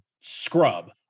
scrub